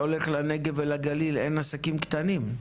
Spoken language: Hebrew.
הולך לנגב ולגליל אין עסקים קטנים.